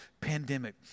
pandemic